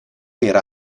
era